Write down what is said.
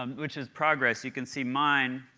um which is progress. you can see mine,